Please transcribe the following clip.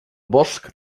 bosc